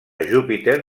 júpiter